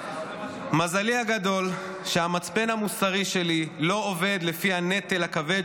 מזלי הגדול שהמצפן המוסרי שלי לא עובד לפי הנטל הכבד